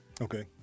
Okay